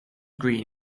green